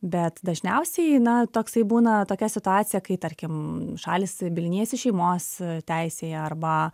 bet dažniausiai na toksai būna tokia situacija kai tarkim šalys bylinėjasi šeimos teisėje arba